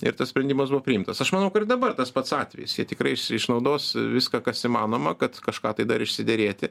ir tas sprendimas buvo priimtas aš manau kad ir dabar tas pats atvejis jie tikrai išnaudos viską kas įmanoma kad kažką tai dar išsiderėti